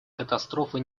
катастрофы